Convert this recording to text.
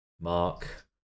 Mark